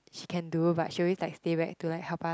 she can do but she always like stay back to like help us